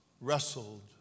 wrestled